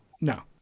no